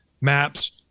maps